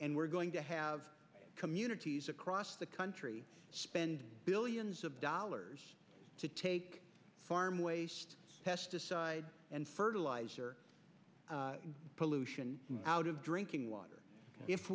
and we're going to have communities across the country spend billions of dollars to take farm waste and fertilizer pollution out of drinking water if